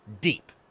Deep